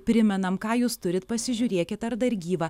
primenam ką jūs turit pasižiūrėkit ar dar gyva